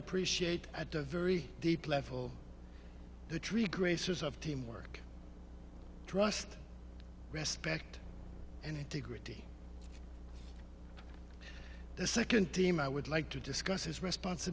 appreciate at a very deep level the tree graces of teamwork trust respect and integrity the second team i would like to discuss his respons